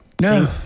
No